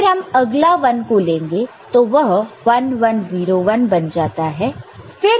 फिर हम अगला 1 को लेंगे तो वह 1 1 0 1 बन जाता है